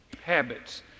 habits